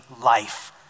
life